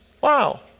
Wow